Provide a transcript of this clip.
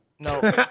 No